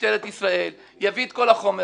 למשטרת ישראל, יביא את כל החומר.